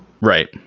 Right